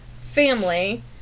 family